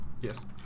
Yes